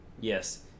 yes